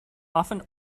often